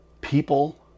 People